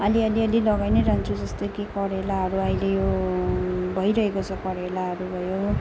अलि अलि अलि लगाई नै रहन्छु जस्तो कि करेलाहरू अहिले यो भइरहेको छ करेलाहरू भयो